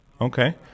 Okay